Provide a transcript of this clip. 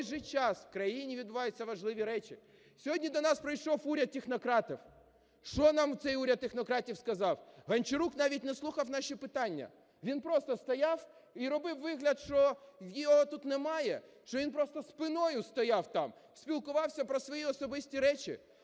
А той же час в країні відбуваються важливі речі. Сьогодні до нас прийшов уряд технократів. Що нам цей уряд технократів сказав? Гончарук навіть не слухав наші питання, він просто стояв і робив вигляд, що його тут немає, що він просто спиною стояв там, спілкувався про свої особисті речі.